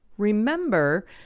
remember